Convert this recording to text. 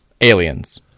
Aliens